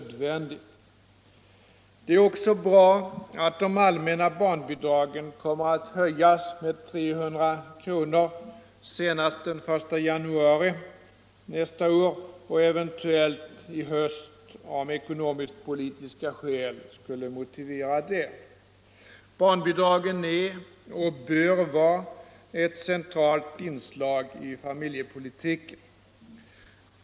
Det är också bra att de allmänna barnbidragen kommer att höjas med 300 kr. senast den 1 januari 1976 — eventuellt i höst om ekonomiskpolitiska skäl motiverar det. Barnbidragen är och bör vara ett centralt inslag i familjepolitiken.